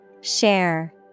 Share